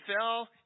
fell